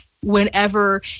whenever